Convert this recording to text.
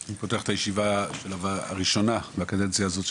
אני פותח את הישיבה הראשונה של הוועדה לקדנציה זו.